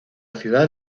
ciudad